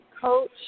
coach